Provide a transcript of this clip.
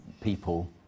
people